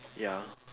ya